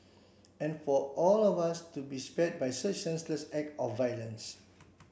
and for all of us to be spared by such senseless act of violence